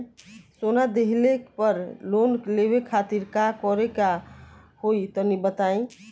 सोना दिहले पर लोन लेवे खातिर का करे क होई तनि बताई?